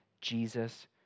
Jesus